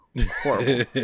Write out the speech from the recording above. horrible